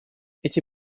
эти